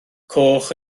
coch